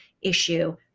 issue